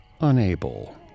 unable